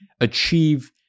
achieve